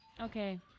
Okay